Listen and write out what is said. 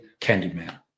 Candyman